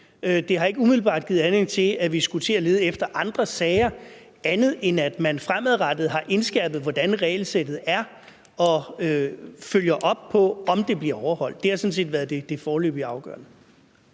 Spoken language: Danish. Det har ikke umiddelbart givet anledning til, at vi skulle til at lede efter andre sager, andet end at man fremadrettet har indskærpet, hvordan regelsættet er, og følger op på, om det bliver overholdt. Det har sådan set foreløbig været det afgørende.